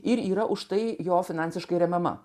ir yra už tai jo finansiškai remiama